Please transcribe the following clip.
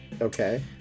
Okay